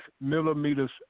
millimeters